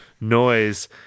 noise